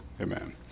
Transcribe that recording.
Amen